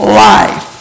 life